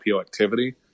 activity